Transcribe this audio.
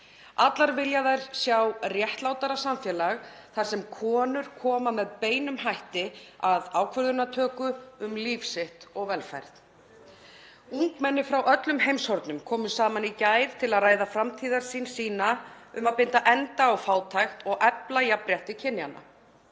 Allar vilja þær sjá réttlátara samfélag þar sem konur koma með beinum hætti að ákvörðunartöku um líf sitt og velferð. Ungmenni frá öllum heimshornum komu saman í gær til að ræða framtíðarsýn sína um að binda enda á fátækt og efla jafnrétti kynjanna.